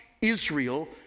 Israel